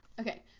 Okay